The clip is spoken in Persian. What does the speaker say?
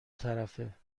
طرفه